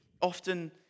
often